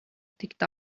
ticked